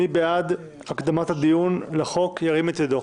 מי בעד הקדמת הדיון בחוק, ירים את ידו?